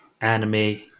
anime